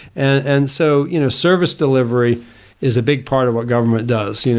and so you know, service delivery is a big part of what government does. you know